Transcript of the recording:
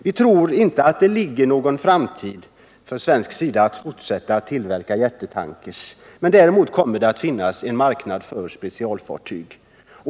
Vi tror inte att det för Sveriges del är meningsfullt att i framtiden tillverka jättetankers, men däremot kommer det att finnas en marknad för specialfartyg.